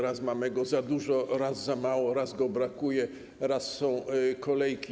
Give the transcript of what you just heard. Raz mamy go za dużo, raz za mało, raz go brakuje, raz są kolejki.